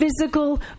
physical